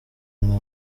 nka